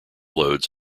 loads